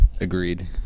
Agreed